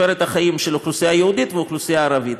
את החיים של האוכלוסייה היהודית והאוכלוסייה הערבית.